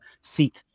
seek